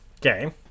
Okay